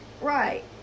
Right